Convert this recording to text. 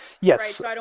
yes